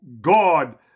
God